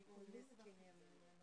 יש עוד דבר שחשוב